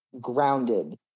grounded